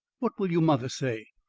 what will your mother say?